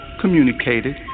communicated